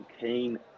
keen